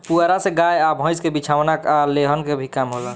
पुआरा से गाय आ भईस के बिछवाना आ लेहन के भी काम होला